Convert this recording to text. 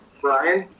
Brian